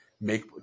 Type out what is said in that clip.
make